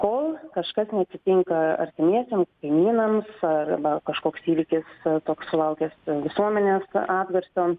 kol kažkas neatitinka artimiesiem kaimynams arba kažkoks įvykis toks sulaukęs visuomenės atgarsio